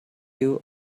you